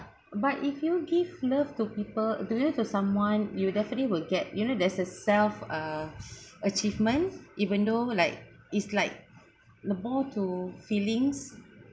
but if you give love to people do it to someone you definitely will get you know there's a self uh achievement even though like it's like the more to feelings